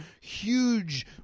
huge